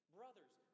brothers